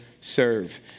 serve